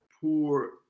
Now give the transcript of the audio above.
poor